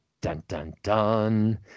Dun-dun-dun